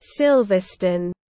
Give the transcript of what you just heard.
Silverstone